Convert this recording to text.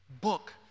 Book